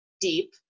Deep